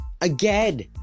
Again